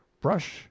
Brush